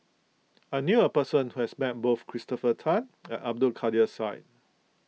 I knew a person who has met both Christopher Tan and Abdul Kadir Syed